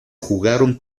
jugaron